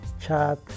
chat